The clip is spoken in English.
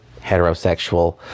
heterosexual